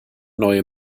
neue